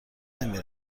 نمی